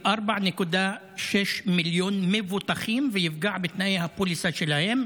כ-4.6 מיליון מבוטחים ויפגע בתנאי הפוליסה שלהם,